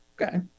okay